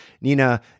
Nina